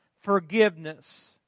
forgiveness